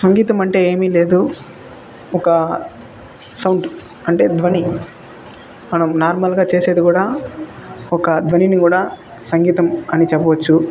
సంగీతం అంటే ఏమీ లేదు ఒక సౌండ్ అంటే ధ్వని మనం నార్మల్గా చేసేది కూడా ఒక ధ్వనిని కూడా సంగీతం అని చెప్పవచ్చు